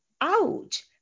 ouch